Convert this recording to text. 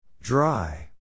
Dry